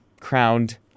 crowned